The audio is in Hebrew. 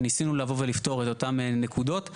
וניסינו לבוא ולפתור את אותן נקודות.